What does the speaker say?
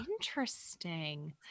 Interesting